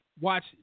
watch